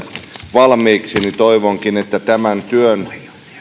valmiiksi että tämän työn